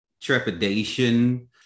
trepidation